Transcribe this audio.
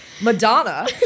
Madonna